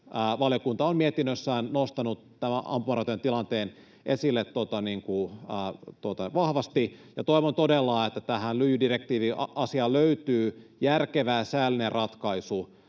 valiokunta on mietinnössään nostanut tämän ampumaratojen tilanteen esille vahvasti, ja toivon todella, että tähän lyijydirektiiviasiaan löytyy järkevä, säällinen ratkaisu,